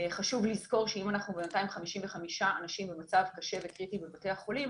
חשוב לזכור שאם אנחנו ב-255 אנשים במצב קשה וקריטי בבתי החולים,